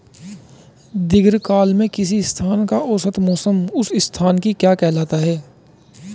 दीर्घकाल में किसी स्थान का औसत मौसम उस स्थान की क्या कहलाता है?